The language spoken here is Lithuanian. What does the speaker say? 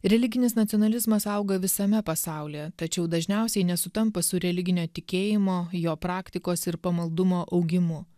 religinis nacionalizmas auga visame pasaulyje tačiau dažniausiai nesutampa su religinio tikėjimo jo praktikos ir pamaldumo augimu